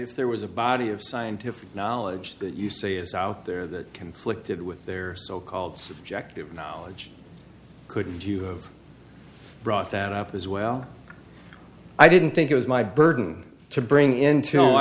if there was a body of scientific knowledge that you say is out there that conflicted with their so called subjective knowledge could you have brought that up as well i didn't think it was my burden to bring in